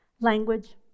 language